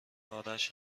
آرش